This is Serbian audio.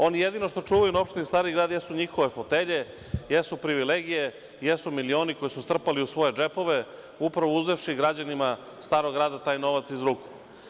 Oni jedino što čuvaju na opštini Stari grad jesu njihove fotelje, jesu privilegije, jesu milioni koje su strpali u svoje džepove upravo uzevši građanima Starog grada taj novac iz ruku.